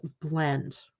blend